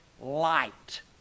light